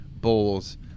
bowls